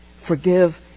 forgive